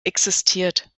existiert